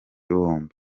bombi